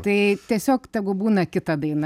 tai tiesiog tegu būna kita daina